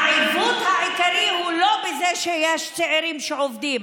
והעיוות העיקרי הוא לא בזה שיש צעירים שעובדים,